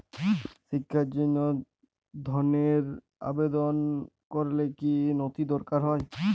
শিক্ষার জন্য ধনের আবেদন করলে কী নথি দরকার হয়?